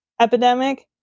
epidemic